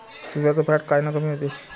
दुधाचं फॅट कायनं कमी होते?